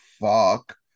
Fuck